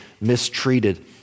mistreated